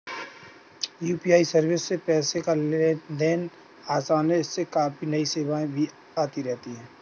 UPI service से पैसे का लेन देन आसान है इसमें काफी नई सेवाएं भी आती रहती हैं